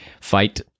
fight